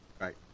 Right